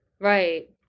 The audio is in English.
Right